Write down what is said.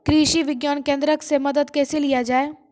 कृषि विज्ञान केन्द्रऽक से मदद कैसे लिया जाय?